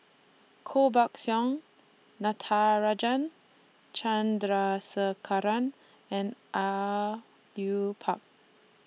Koh Buck Song Natarajan Chandrasekaran and Au Yue Pak